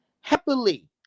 happily